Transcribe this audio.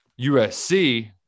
USC